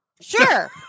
Sure